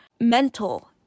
mental